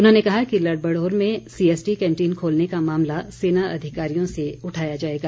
उन्होंने कहा कि लड़भड़ोल में सीएसडी कैंटीन खोलने का मामला सेना अधिकारियों से उठाया जाएगा